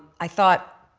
i thought,